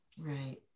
Right